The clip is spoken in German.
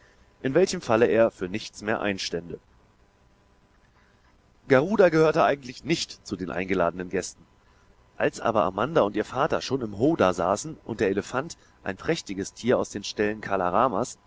in welchem falle er für nichts mehr einstände garuda gehörte eigentlich nicht zu den eingeladenen gästen als aber amanda und ihr vater schon im howdah saßen und der elefant ein prächtiges tier aus den ställen